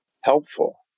helpful